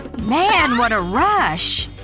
man, what a rush!